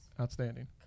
Outstanding